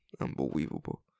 Unbelievable